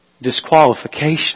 disqualification